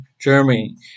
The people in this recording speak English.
Germany